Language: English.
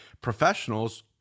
professionals